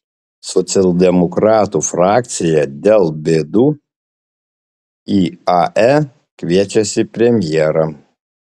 socialdemokratų frakcija dėl bėdų iae kviečiasi premjerą